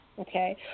Okay